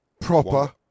Proper